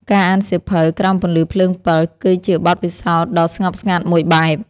ការអានសៀវភៅក្រោមពន្លឺភ្លើងពិល គឺជាបទពិសោធន៍ដ៏ស្ងប់ស្ងាត់មួយបែប។